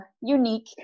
unique